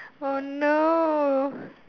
oh no